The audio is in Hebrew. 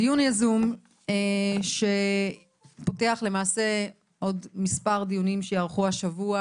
זה דיון יזום שפותח למעשה עוד מספר דיונים שייערכו השבוע,